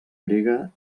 grega